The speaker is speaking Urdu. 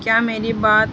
کیا میری بات